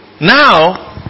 now